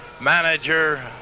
manager